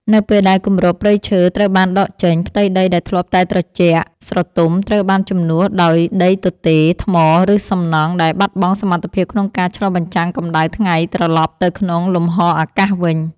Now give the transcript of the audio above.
នៅពេលដែលគម្របព្រៃឈើត្រូវបានដកចេញ ផ្ទៃដីដែលធ្លាប់តែត្រជាក់ស្រទុំត្រូវបានជំនួសដោយដីទទេរ ថ្ម ឬសំណង់ដែលបាត់បង់សមត្ថភាពក្នុងការឆ្លុះបញ្ចាំងកម្ដៅថ្ងៃត្រឡប់ទៅក្នុងលំហអាកាសវិញ។